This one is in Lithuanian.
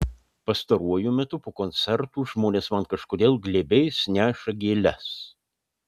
pastaruoju metu po koncertų žmonės man kažkodėl glėbiais neša gėles